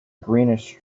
greenish